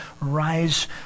rise